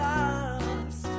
Lost